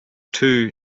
two